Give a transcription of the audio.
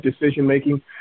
decision-making